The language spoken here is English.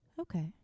Okay